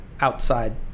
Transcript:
outside